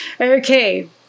Okay